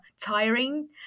tiring